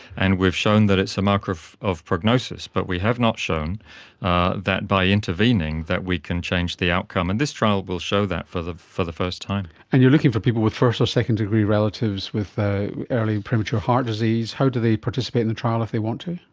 and we've shown that it's a marker of of prognosis, but we have not shown ah that by intervening that we can change the outcome, and this trial will show that for the for the first time. and you're looking for people with first or second degree relatives with early premature heart disease. how do they participate in the trial if they want to?